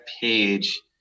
Page